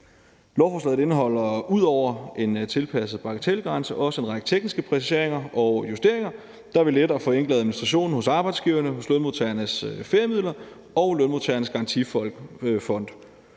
Lovforslaget indeholder ud over en tilpasset bagatelgrænse også en række tekniske præciseringer og justeringer, der vil lette og forenkle administration hos arbejdsgiverne, hos Lønmodtagernes Feriemidler og hos Lønmodtagernes Garantifond,